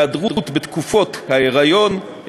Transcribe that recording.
היעדרות בתקופות ההיריון,